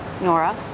Nora